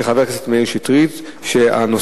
של חבר הכנסת מאיר שטרית,